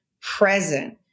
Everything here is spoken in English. present